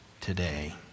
today